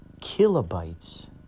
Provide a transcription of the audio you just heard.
kilobytes